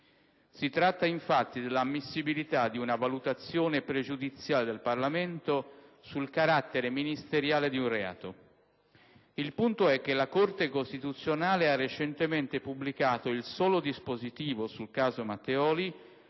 Si tratta infatti dell'ammissibilità di una valutazione pregiudiziale del Parlamento sul carattere ministeriale di un reato. Il punto è che la Corte costituzionale ha recentemente pubblicato il solo dispositivo sul caso Matteoli,